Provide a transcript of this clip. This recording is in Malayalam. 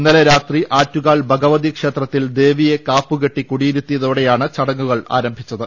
ഇന്നലെ രാത്രി ആറ്റുകാൽ ഭഗവതി ക്ഷേത്രത്തിൽ ദേവിയെ കാപ്പുകെട്ടി കൂടിയിരുത്തിയതോ ടെയാണ് ചടങ്ങുകൾ ആരംഭിച്ചത്